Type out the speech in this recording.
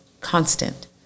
constant